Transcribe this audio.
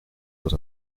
los